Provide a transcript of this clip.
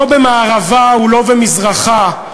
לא במערבה ולא במזרחה,